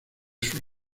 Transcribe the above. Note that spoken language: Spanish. sus